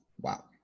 Wow